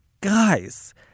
guys